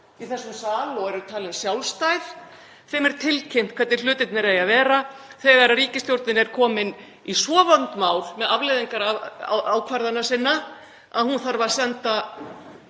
í þessum sal og eru talin sjálfstæð, er tilkynnt hvernig hlutirnir eigi að vera þegar ríkisstjórnin er komin í svo vond mál með afleiðingar ákvarðana sinna að hún þarf að senda